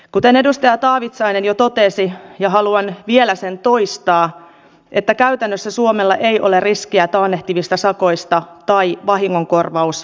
kuten edustaja taavitsainen jo totesi ja haluan vielä sen toistaa käytännössä suomella ei ole riskiä taannehtivista sakoista tai vahingonkorvausvelvollisuudesta